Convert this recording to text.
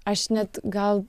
aš net gal